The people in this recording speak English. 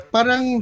Parang